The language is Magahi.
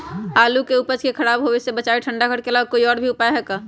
आलू के उपज के खराब होवे से बचाबे ठंडा घर के अलावा कोई और भी उपाय है का?